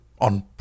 on